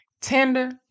tender